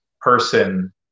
person